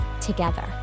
together